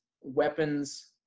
weapons –